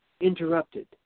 interrupted